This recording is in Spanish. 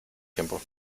tiempo